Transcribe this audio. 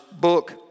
book